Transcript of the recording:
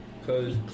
cause